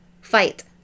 fight